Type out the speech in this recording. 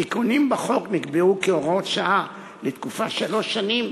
התיקונים בחוק נקבעו כהוראות שעה לתקופה של שלוש שנים,